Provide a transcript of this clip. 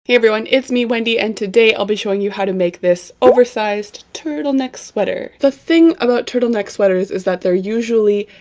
hey everyone, it's me wendy. and today, i'll be showing you how to make this oversized turtleneck sweater the thing about turtleneck sweaters is that they're usually.